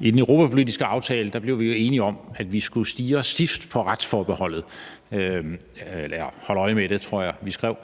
I den europapolitiske aftale blev vi jo enige om, at vi skulle stirre stift på retsforbeholdet – holde øje med det tror jeg vi skrev.